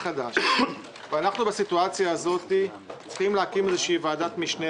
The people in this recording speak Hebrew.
אנחנו בסיטואציה הזאת צריכים להקים איזו ועדת משנה